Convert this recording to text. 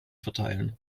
verteilen